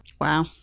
Wow